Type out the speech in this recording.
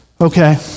Okay